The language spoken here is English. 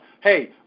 Hey